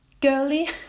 girly